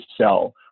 sell